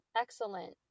excellent